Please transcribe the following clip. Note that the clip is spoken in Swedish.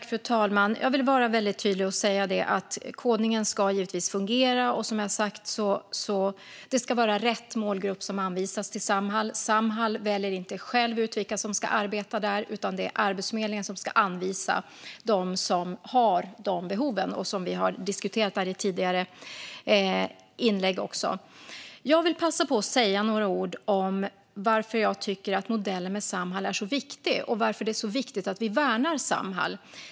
Fru talman! Jag vill vara väldigt tydlig och säga att kodningen givetvis ska fungera. Det ska som sagt vara rätt målgrupp som anvisas till Samhall. Samhall väljer inte själva vilka som ska arbeta där, utan det är Arbetsförmedlingen som ska anvisa dem som har de behoven. Det har vi diskuterat tidigare. Jag vill passa på att säga några ord om varför jag tycker att modellen med Samhall är så viktig och varför det är så viktigt att vi värnar Samhall.